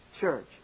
church